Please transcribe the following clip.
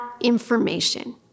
information